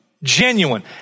genuine